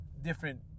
different